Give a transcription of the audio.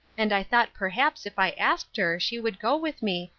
and i thought perhaps if i asked her she would go with me,